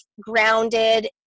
grounded